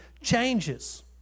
changes